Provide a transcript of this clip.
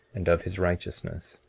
and of his righteousness.